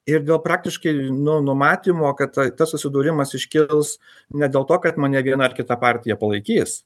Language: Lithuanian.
ir praktiškai nuo numatymo kad ta tas susidūrimas iškils ne dėl to kad mane viena ar kita partija palaikys